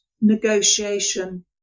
negotiation